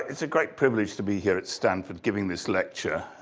it's a great privilege to be here at stanford giving this lecture.